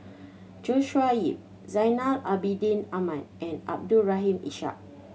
Joshua Ip Zainal Abidin Ahmad and Abdul Rahim Ishak